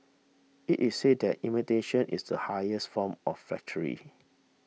it is said that imitation is the highest form of flattery